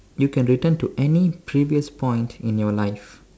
you can return to any previous point in your life